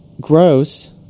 gross